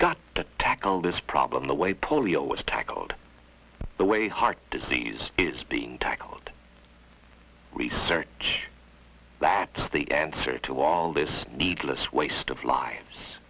got to tackle this problem the way polio was tackled the way heart disease is being tackled research that the answer to all this needless waste of lives